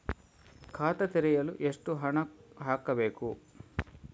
ಖಾತೆ ತೆರೆಯಲು ಎಷ್ಟು ಹಣ ಹಾಕಬೇಕು?